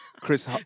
Chris